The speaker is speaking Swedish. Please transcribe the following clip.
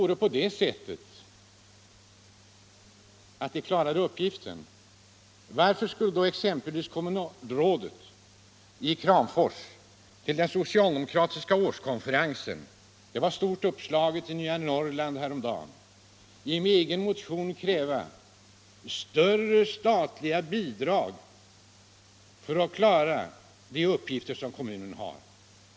Och om skatteutjämningen verkligen räckte till, varför skulle då exempelvis ett kommunalråd i Kramfors till den socialdemokratiska årskonferensen — det var stort uppslaget i Nya Norrland häromdagen — i en egen motion kräva större statliga bidrag för att klara de uppgifter som kommunen har?